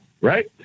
right